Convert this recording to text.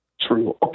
True